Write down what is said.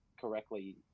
correctly